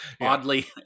Oddly